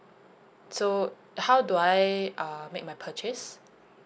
so how do I uh make my purchase